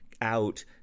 out